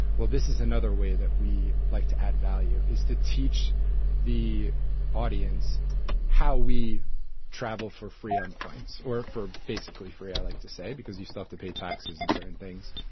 well this is another way that we like to add value is to teach the audience how we travel for free on points or for basically free i like to say because you stuff to pay taxes and certain things.